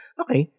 okay